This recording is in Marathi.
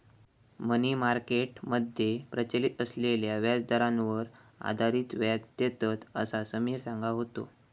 मनी मार्केट मध्ये प्रचलित असलेल्या व्याजदरांवर आधारित व्याज देतत, असा समिर सांगा होतो